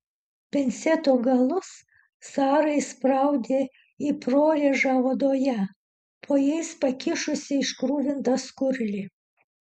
pinceto galus sara įspraudė į prorėžą odoje po jais pakišusi iškruvintą skurlį